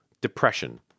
depression